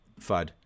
FUD